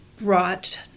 brought